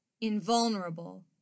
invulnerable